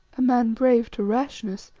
a man brave to rashness,